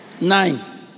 nine